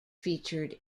featured